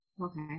Okay